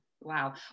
Wow